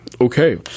Okay